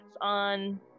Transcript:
on